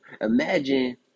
Imagine